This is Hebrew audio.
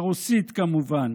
ברוסית, כמובן.